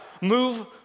move